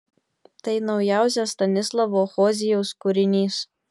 tai naujausias stanislavo hozijaus kūrinys